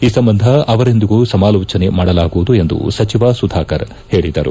ಈ ಸಂಬಂಧ ಅವರೊಂದಿಗೂ ಸಮಾಲೋಚನೆ ಮಾಡಲಾಗುವುದು ಎಂದು ಸಚಿವ ಸುಧಾಕರ್ ಹೇಳಿದರು